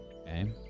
Okay